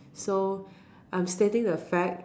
so I'm stating the fact